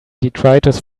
detritus